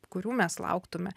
kurių mes lauktume